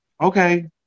Okay